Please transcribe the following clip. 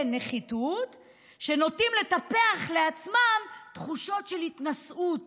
נחיתות שנוטים לטפח תחושות של התנשאות